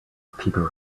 people